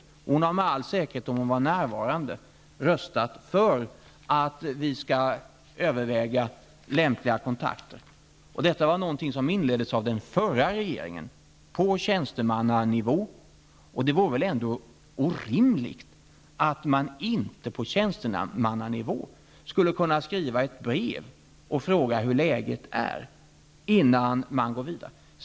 Ingela Mårtensson har med all säkerhet, om hon var närvarande, röstat för att vi skall överväga lämpliga kontakter. Detta var något som inleddes av den förra regeringen, på tjänstemannanivå, och det vore väl ändå orimligt att man inte på tjänstemannanivå skulle kunna skriva ett brev och fråga hur läget är innan man går vidare.